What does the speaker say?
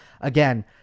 Again